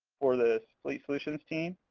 for the fleet solutions team,